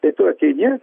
tai tu ateini ir